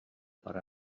per